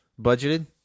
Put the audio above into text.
budgeted